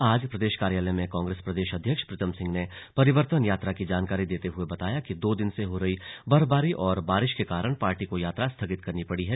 आज प्रदेश कार्यालय में कांग्रेस प्रदेश अध्यक्ष प्रीतम सिंह ने परिवर्तन यात्रा की जानकारी देते हुए बताया कि दो दिन से हो रही बर्फबारी और बारिश के कारण पार्टी को यात्रा स्थगित करनी पड़ी है